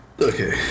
Okay